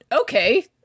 Okay